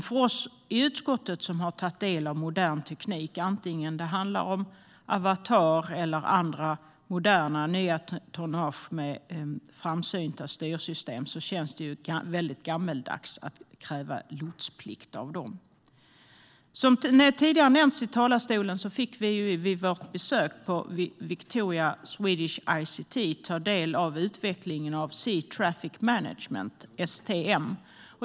För oss i utskottet, som har tagit del av modern teknik - antingen det handlar om Avatar eller moderna tonnage med nya framsynta styrsystem - känns det väldigt gammaldags att kräva lotsplikt av dessa fartyg. Som tidigare nämnts fick vi vid vårt besök på Victoria Swedish ICT ta del av utvecklingen av Sea Traffic Management, STM.